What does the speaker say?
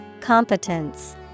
Competence